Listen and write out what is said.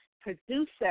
producer